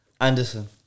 Anderson